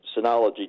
Synology